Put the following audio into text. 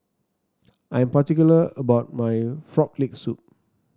I am particular about my Frog Leg Soup